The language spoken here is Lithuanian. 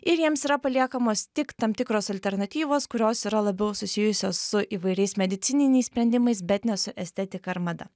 ir jiems yra paliekamos tik tam tikros alternatyvos kurios yra labiau susijusios su įvairiais medicininiais sprendimais bet ne su estetika ar mada